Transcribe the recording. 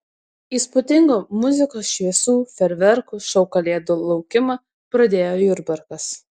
įspūdingu muzikos šviesų fejerverkų šou kalėdų laukimą pradėjo jurbarkas